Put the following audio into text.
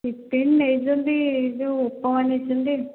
tiffin ନେଇଛନ୍ତି ଯେଉଁ ଉପମା ନେଇଛନ୍ତି